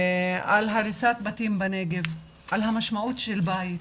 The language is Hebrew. על הריסת בתים בנגב, על המשמעות של בית,